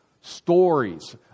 stories